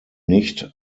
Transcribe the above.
nicht